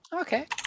Okay